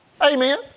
Amen